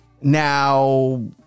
Now